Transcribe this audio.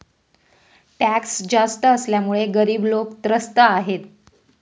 tax जास्त असल्यामुळे गरीब लोकं त्रस्त आहेत